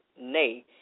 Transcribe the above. Nay